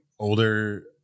older